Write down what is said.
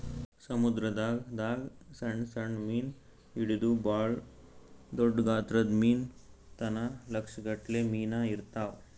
ಸಮುದ್ರದಾಗ್ ದಾಗ್ ಸಣ್ಣ್ ಸಣ್ಣ್ ಮೀನ್ ಹಿಡದು ಭಾಳ್ ದೊಡ್ಡ್ ಗಾತ್ರದ್ ಮೀನ್ ತನ ಲಕ್ಷ್ ಗಟ್ಲೆ ಮೀನಾ ಇರ್ತವ್